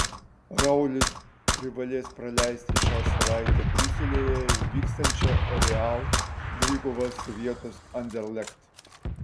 raulis privalės praleisti šią savaitę briuselyje vyksiančią real dvikovą su vietos anderlecht